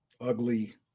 ugly